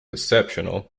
exceptional